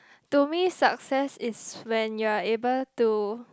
to me success is when you are able to